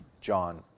John